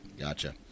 Gotcha